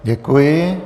Děkuji.